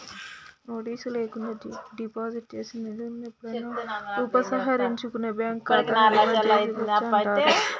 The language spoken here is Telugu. నోటీసు లేకుండా డిపాజిట్ చేసిన నిధులను ఎప్పుడైనా ఉపసంహరించుకునే బ్యాంక్ ఖాతాని డిమాండ్ డిపాజిట్ అంటారు